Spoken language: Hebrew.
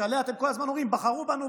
שעליה אתם כל הזמן אומרים: בחרו בנו,